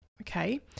okay